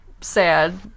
sad